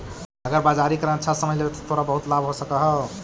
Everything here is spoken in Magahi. अगर बाजारीकरण अच्छा से समझ लेवे त तोरा बहुत लाभ हो सकऽ हउ